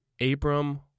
Abram